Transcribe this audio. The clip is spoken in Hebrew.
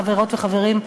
חברות וחברים,